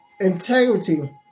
Integrity